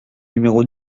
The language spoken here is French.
numéro